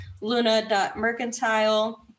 Luna.mercantile